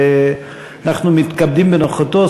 ואנחנו מתכבדים בנוכחותו.